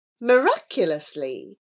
Miraculously